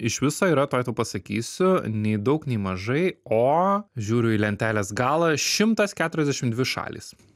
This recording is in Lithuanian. iš viso yra tuoj tau pasakysiu nei daug nei mažai o žiūriu į lentelės galą šimtas keturiasdešim dvi šalys